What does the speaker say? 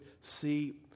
see